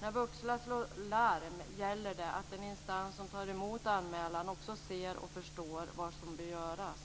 När vuxna slår larm gäller det att den instans som tar emot anmälan också ser och förstår vad som bör göras.